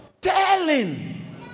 telling